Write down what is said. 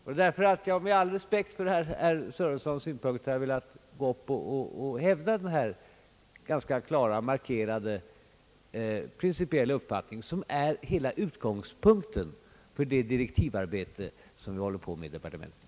Det är därför som jag — med all respekt för herr Sörensons synpunkter — har velat hävda den ganska klart markerade, principiella uppfattning som är utgångspunkten för hela det arbete med utredningsdirektiven som vi sysslar med i departementet.